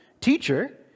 Teacher